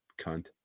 cunt